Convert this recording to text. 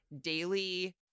daily